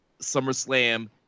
SummerSlam